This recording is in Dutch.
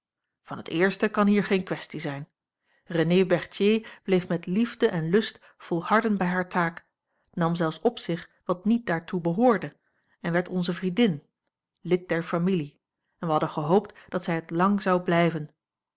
van het eerste kan hier geene kwestie zijn renée berthier bleef met liefde en lust volharden bij hare taak nam zelfs op zich wat niet daartoe behoorde en werd onze vriendin lid der familie en wij hadden gehoopt dat zij het lang zou blijven